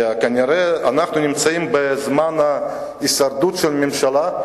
כי כנראה אנחנו נמצאים בזמן ההישרדות של הממשלה,